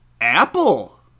Apple